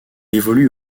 évolue